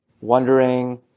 Wondering